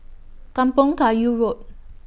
Kampong Kayu Road